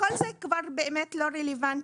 כל זה כבר לא רלוונטי,